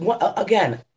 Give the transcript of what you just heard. again